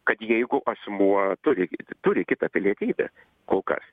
kad jeigu asmuo turi turi kitą pilietybę kol kas